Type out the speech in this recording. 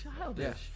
childish